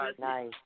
Nice